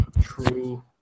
True